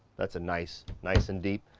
that's a nice, nice and deep.